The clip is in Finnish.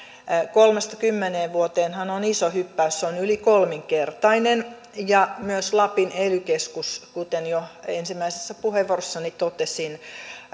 kolmesta kymmeneen vuoteenhan on iso hyppäys se on yli kolminkertainen ja myös lapin ely keskus kuten jo ensimmäisessä puheenvuorossani totesin